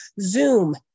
Zoom